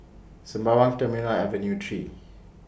Sembawang Terminal Avenue three